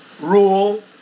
rule